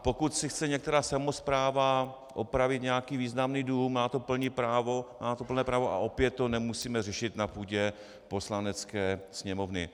Pokud si chce některá samospráva opravit nějaký významný dům, má na to plné právo a opět to nemusíme řešit na půdě Poslanecké sněmovny.